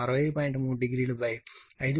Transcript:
అప్పుడు I 45